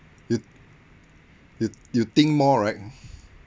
you you you think more right